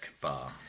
Bar